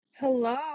Hello